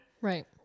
right